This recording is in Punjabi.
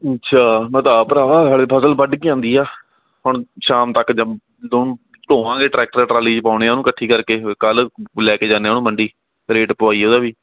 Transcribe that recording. ਅੱਛਾ ਮੈਂ ਤਾਂ ਆਪ ਭਰਾਵਾ ਹਾਲੇ ਫਸਲ ਵੱਢ ਕੇ ਆਉਂਦੀ ਆ ਹੁਣ ਸ਼ਾਮ ਤੱਕ ਜੰ ਦੰ ਢੋਵਾਂਗੇ ਟਰੈਕਟਰ ਜਾਂ ਟਰਾਲੀ 'ਚ ਪਾਉਂਦੇ ਹਾਂ ਉਹਨੂੰ ਇਕੱਠੀ ਕਰਕੇ ਫਿਰ ਕੱਲ ਲੈ ਕੇ ਜਾਂਦੇ ਹਾਂ ਉਹਨੂੰ ਮੰਡੀ ਰੇਟ ਪਵਾਈਏ ਉਹਦਾ ਵੀ